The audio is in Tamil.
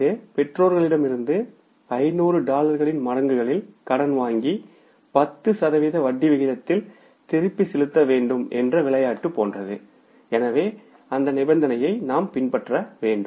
இது பெற்றோர்களிடம் இருந்து 500 டாலர்களின் மடங்குகளில் கடன் வாங்கி 10 சதவீத வட்டி விகிதத்தில் திருப்பிச் செலுத்த வேண்டும் என்ற விளையாட்டு போன்றது எனவே அந்த நிபந்தனையை நாம் பின்பற்ற வேண்டும்